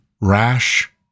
rash